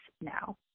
now